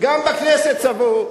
גם בכנסת צבעו.